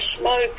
smoke